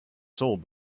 sold